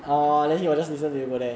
很残忍 right